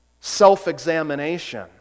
self-examination